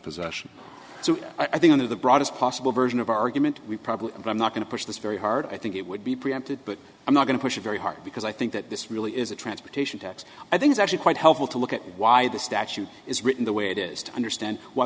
possession so i think one of the broadest possible version of argument we probably i'm not going to push this very hard i think it would be preempted but i'm not going to push very hard because i think that this really is a transportation tax i think is actually quite helpful to look at why the statute is written the way it is to understand why